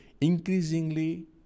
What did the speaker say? increasingly